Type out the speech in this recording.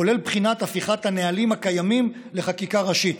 כולל בחינת הפיכת הנהלים הקיימים לחקיקה ראשית.